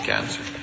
Cancer